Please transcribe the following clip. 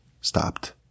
stopped